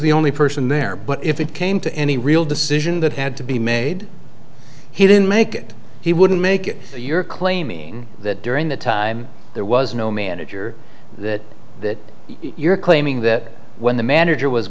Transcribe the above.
the only person there but if it came to any real decision that had to be made he didn't make it he wouldn't make it so you're claiming that during the time there was no manager that that you're claiming that when the manager was